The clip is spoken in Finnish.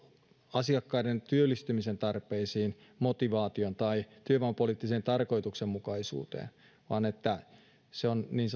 asiakkaiden työllistymisen tarpeisiin motivaatioon tai työvoimapoliittiseen tarkoituksenmukaisuuteeen vaan joka on niin